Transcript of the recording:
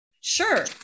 Sure